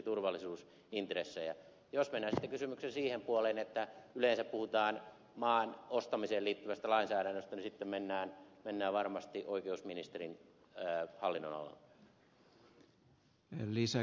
jos mennään sitten kysymyksen siihen puoleen että yleensä puhutaan maan ostamiseen liittyvästä lainsäädännöstä niin sitten mennään varmasti oikeusministerin hallinnonalalle